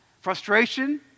frustration